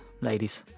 ladies